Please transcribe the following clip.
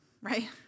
right